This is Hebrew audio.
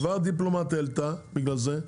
כבר הדיפלומטיה העלתה בגלל זה.